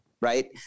right